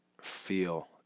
feel